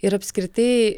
ir apskritai